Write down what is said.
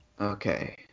Okay